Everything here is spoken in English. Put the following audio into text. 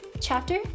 chapter